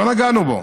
לא נגענו בו.